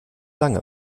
lange